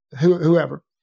whoever